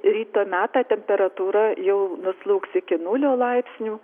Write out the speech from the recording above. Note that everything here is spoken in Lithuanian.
ryto metą temperatūra jau nuslūgs iki nulio laipsnių